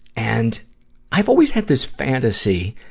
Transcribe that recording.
and i've always had this fantasy,